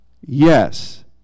Yes